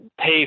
pay